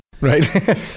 Right